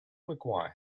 mcguire